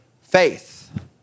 faith